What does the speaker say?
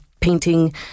painting